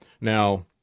Now